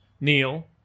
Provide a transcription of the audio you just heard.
Neil